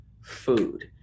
food